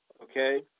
okay